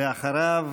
ואחריו,